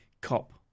cop